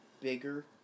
bigger